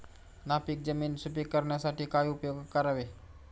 नापीक जमीन सुपीक करण्यासाठी काय उपयोग करावे?